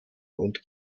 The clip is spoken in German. und